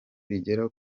bigera